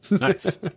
Nice